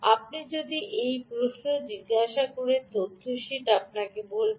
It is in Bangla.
আপনি যদি এই প্রশ্ন জিজ্ঞাসা করেন তথ্য শীট আপনাকে বলবে